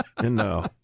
No